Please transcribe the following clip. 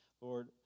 Lord